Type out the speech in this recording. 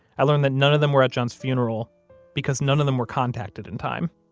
i learned that none of them were at john's funeral because none of them were contacted in time,